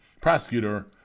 prosecutor